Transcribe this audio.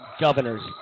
Governors